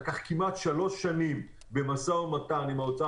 לקח כמעט שלוש שנים במשא ומתן עם האוצר